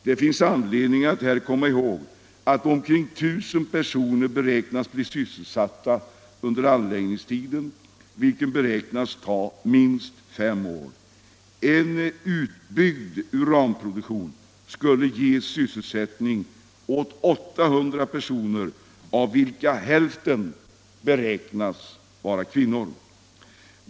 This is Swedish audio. Det finns anledning att här komma ihåg att omkring 1 000 personer beräknas bli sysselsatta under anläggningstiden, minst fem år. En utbyggd uranproduktion skulle ge sysselsättning åt 800 personer, av vilka häflten beräknas vara kvinnor.